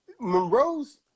monroe's